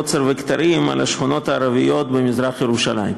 עוצר וכתרים על השכונות הערביות במזרח-ירושלים.